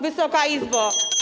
Wysoka Izbo!